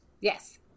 Yes